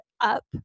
up